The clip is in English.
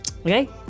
Okay